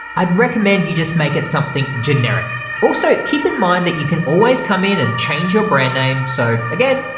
i'd recommend recommend you just make it something generic. also keep in mind that you can always come in and change your brand name so again,